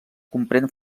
comprèn